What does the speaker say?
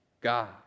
God